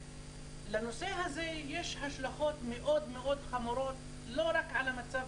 לנושא הזה יש השלכות מאוד חמורות לא רק על המצב